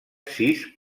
sis